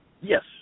Yes